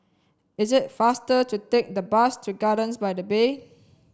it is faster to take the bus to Gardens by the Bay